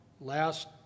last